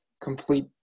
complete